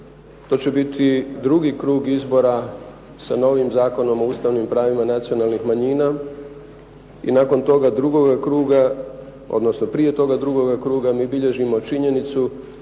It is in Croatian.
To će biti drugi krug izbora sa novim Zakonom o ustavnim pravima nacionalnih manjina. I nakon toga drugoga kruga, odnosno prije toga drugoga kruga mi bilježimo činjenicu